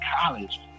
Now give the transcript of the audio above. college